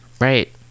Right